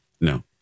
No